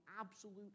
absolute